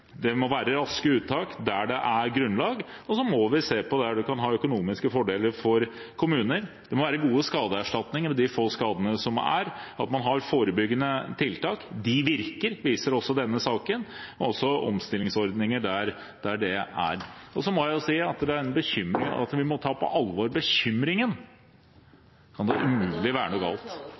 Det må være raske uttak der det er grunnlag, og så må vi se på hvor man kan ha økonomiske fordeler for kommuner. Det må være gode skadeerstatninger for de få skadene som er, og man må ha forebyggende tiltak – de virker, det viser også denne saken – og omstillingsordninger der det finnes. Så må jeg si at vi må ta alvor bekymringen … Da er